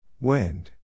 Wind